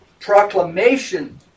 proclamation